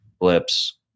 blips